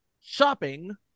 Shopping